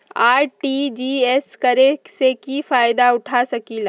RTGS करे से की फायदा उठा सकीला?